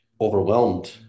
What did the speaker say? overwhelmed